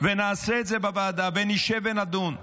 ונעשה את בוועדה, נשב ונדון.